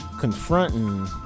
confronting